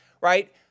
right